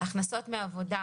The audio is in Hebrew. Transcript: הכנסות מעבודה